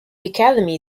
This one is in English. academy